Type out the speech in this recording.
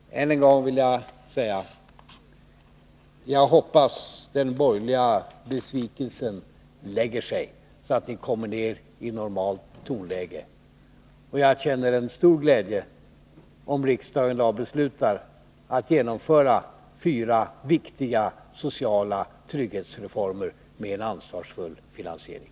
Än en gång vill jag säga: Jag hoppas att den borgerliga besvikelsen lägger sig, så att ni kommer ner i normalt tonläge. Jag känner en stor glädje, om riksdagen i dag beslutar att genomföra fyra viktiga sociala trygghetsreformer med en ansvarsfull finansiering.